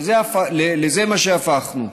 לזה הפכנו.